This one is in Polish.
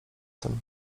tym